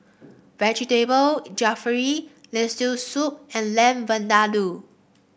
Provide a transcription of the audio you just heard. Vegetable Jalfrezi Lentil Soup and Lamb Vindaloo